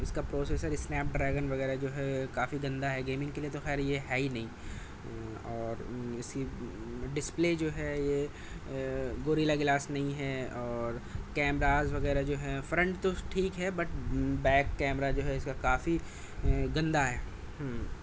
اس کا processor Snapdragon وغیرہ جو ہے کافی گندا ہے گیمنگ کے لیے تو خیر یہ ہے ہی نہیں اور اس کی ڈسپلے جو ہے یہ گوریلا گلاس نہیں ہے اور کیمراز وغیرہ جو ہے فرنٹ تو ٹھیک ہے بٹ بیک کیمرہ جو ہے کافی گندا ہے ہوں